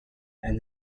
and